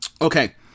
okay